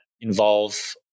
involve